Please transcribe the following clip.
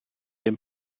den